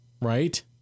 right